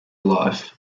life